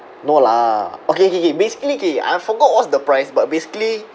no lah okay K K basically K I forgot what's the price but basically